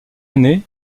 aîné